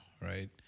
right